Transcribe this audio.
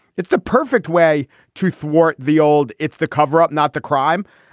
it's the perfect way to thwart the old. it's the cover up not the crime.